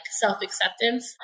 self-acceptance